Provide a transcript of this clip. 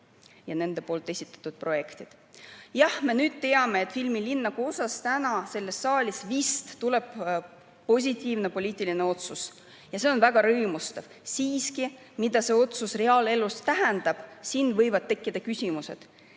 ja nende poolt esitatud projektid. Jah, me nüüd teame, et filmilinnaku osas tuleb täna selles saalis vist positiivne poliitiline otsus ja see on väga rõõmustav. Aga mida see otsus reaalelus tähendab? Siin võivad tekkida küsimused